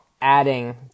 adding